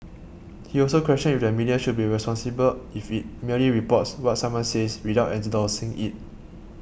he also questioned if the media should be responsible if it merely reports what someone says without endorsing it